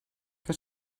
que